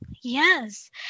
Yes